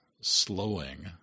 slowing